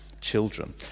children